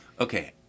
okay